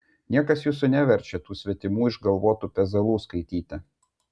niekas jūsų neverčia tų svetimų išgalvotų pezalų skaityti